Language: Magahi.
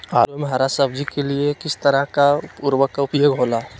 आलू एवं हरा सब्जी के लिए किस तरह का उर्वरक का उपयोग होला?